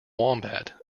wombat